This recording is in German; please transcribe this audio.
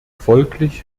folglich